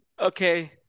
okay